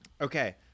Okay